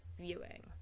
viewing